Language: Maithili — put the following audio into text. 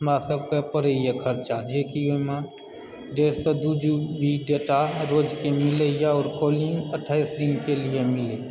हमरा सभकऽ पड़ैतए खर्चा जेकि ओहिमऽ डेढ़सँ दू जी बी डेटा रोजके मिलयए आओर कॉलिंग अट्ठाइस दिनके लिए मिलयए